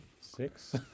Six